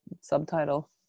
subtitle